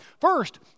First